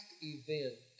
event